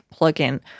plugin